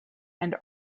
and